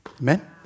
Amen